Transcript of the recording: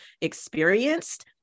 experienced